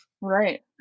Right